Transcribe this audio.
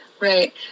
right